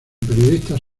periodistas